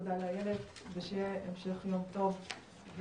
תודה רבה לאיילת, ושיהיה המשך יום טוב ובריא.